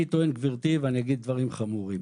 אני טוען, גברתי ואני אגיד דברים חמורים: